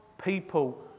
People